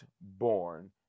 born